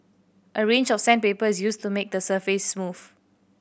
a range of sandpaper is used to make the surface smooth